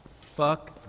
Fuck